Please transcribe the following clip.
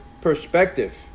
perspective